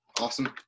Awesome